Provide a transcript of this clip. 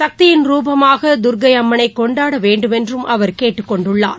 சக்தியின் ருபமாகதர்க்கைஅம்மனைகொண்டாடவேண்டும் என்றும் அவர் கேட்டுக்கொண்டுள்ளார்